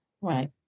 Right